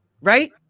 right